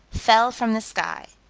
fell from the sky.